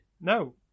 No